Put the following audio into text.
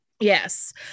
Yes